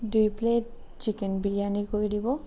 দুই plate chicken biryani কৰি দিব